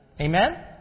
Amen